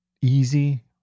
Easy